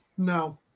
No